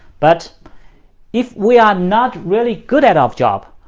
but if we are not really good at our job,